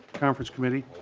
conference committee.